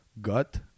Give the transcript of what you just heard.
gut